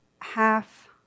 half